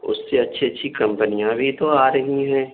اس سے اچھی اچھی کمپنیاں بھی تو آ رہیں ہیں